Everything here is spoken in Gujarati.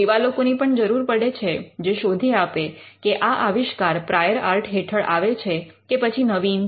એવા લોકોની પણ જરૂર પડે છે જે શોધી આપે કે આ આવિષ્કાર પ્રાયોર આર્ટ હેઠળ આવે છે કે પછી નવીન છે